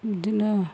बिदिनो